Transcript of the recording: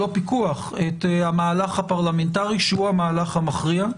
המהלך הפרלמנטרי שהוא המהלך המכריע.